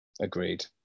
Agreed